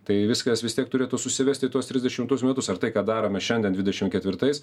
tai viskas vis tiek turėtų susivesti į tuos trisdešimtus metus ar tai ką darome šiandien dvidešim ketvirtais